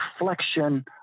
reflection